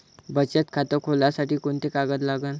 बचत खात खोलासाठी कोंते कागद लागन?